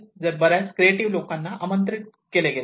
जेथे बर्याच क्रिएटिंव लोकांना आमंत्रित केले गेले आहे